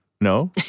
No